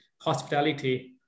hospitality